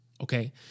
Okay